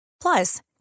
Plus